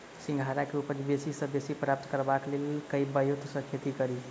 सिंघाड़ा केँ उपज बेसी सऽ बेसी प्राप्त करबाक लेल केँ ब्योंत सऽ खेती कड़ी?